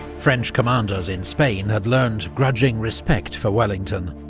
french commanders in spain had learned grudging respect for wellington,